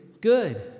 good